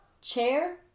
chair